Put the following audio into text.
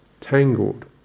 tangled